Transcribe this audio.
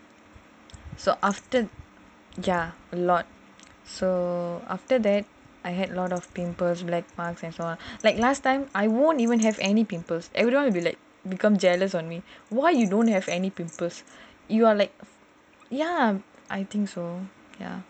ya a lot so after that I had lot of pimples black marks and all like last time I won't even have any pimples everyone will be like become jealous on me why you don't have any pimples you like ya I think so ya